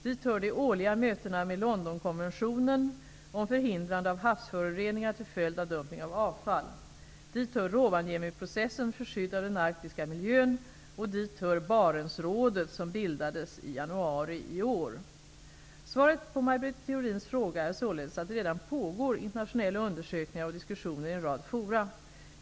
Dit hör de årliga mötena med Dit hör Rovaniemiprocessen för skydd av den arktiska miljön och dit hör Barentsrådet som bildades i januari i år. Svaret på Maj Britt Theorins fråga är således att det redan pågår internationella undersökningar och diskussioner i en rad forum.